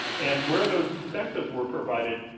and where those incentives were provided,